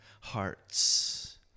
hearts